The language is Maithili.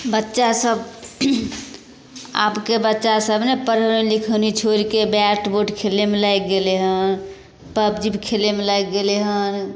बच्चा सब आबके बच्चा सब ने पढ़नाइ लिखनाइ छोरिके बैट बाॅल खेलैमे लागि गेलै हँ पबजी खेलैमे लागि गेलै हन